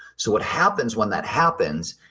so what happens when that happens,